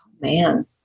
man